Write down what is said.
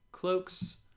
cloaks